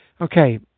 Okay